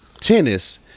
tennis